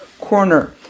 corner